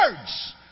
words